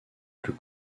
plus